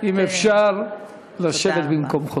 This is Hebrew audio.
אם אפשר לשבת במקומותיכם.